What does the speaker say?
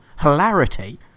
hilarity